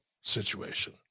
situation